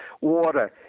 water